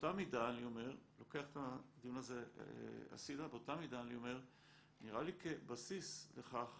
באותה מידה אני לוקח את הדיון הזה הצידה נראה לי כבסיס לכך